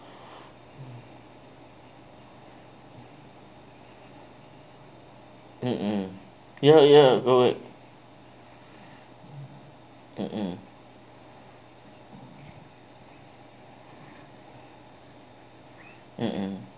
mmhmm ya ya go ahead mmhmm mmhmm